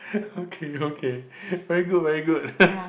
okay okay very good very good